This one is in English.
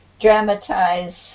dramatize